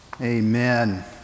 Amen